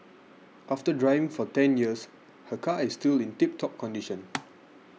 after driving for ten years her car is still in tip top condition